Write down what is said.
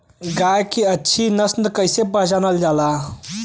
गाय के अच्छी नस्ल कइसे पहचानल जाला?